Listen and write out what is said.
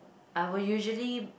I will usually